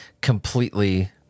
completely